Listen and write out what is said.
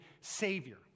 Savior